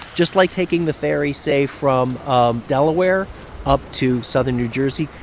just like taking the ferry, say, from um delaware up to southern new jersey.